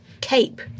cape